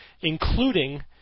including